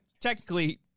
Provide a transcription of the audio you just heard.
technically